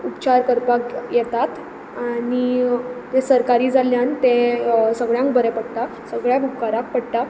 उपचार करपाक येतात आनी तें सरकारी जाल्यान तें सगळ्यांक बरें पडटा सगळ्यांक उपकाराक पडटा